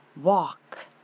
walk